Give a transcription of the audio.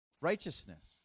righteousness